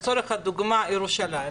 לצורך הדוגמה ירושלים,